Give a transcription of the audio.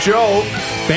Joe